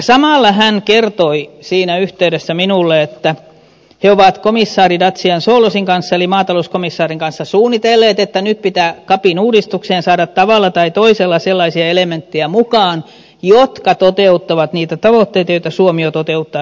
samalla hän kertoi siinä yhteydessä minulle että he ovat komissaari dacian ciolosin eli maatalouskomissaarin kanssa suunnitelleet että nyt pitää capin uudistukseen saada tavalla tai toisella sellaisia elementtejä mukaan jotka toteuttavat niitä tavoitteita joita suomi jo toteuttaa ympäristötukiohjelmallaan